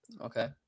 Okay